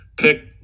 pick